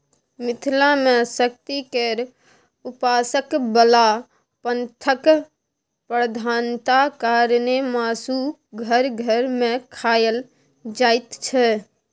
मिथिला मे शक्ति केर उपासक बला पंथक प्रधानता कारणेँ मासु घर घर मे खाएल जाइत छै